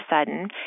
sudden